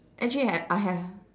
actually had I have